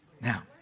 Now